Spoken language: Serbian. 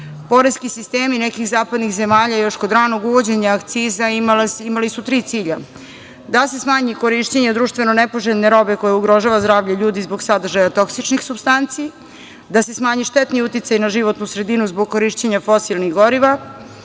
Poreski sistemi nekih zapadnih zemalja još kod ranog uvođenja akciza imali su tri cilja: da se smanji korišćenje društveno nepoželjne robe koja ugrožava zdravlje ljudi zbog sadržaja toksičnih supstanci, da se smanji štetni uticaj na životnu sredinu zbog korišćenja fosilnih goriva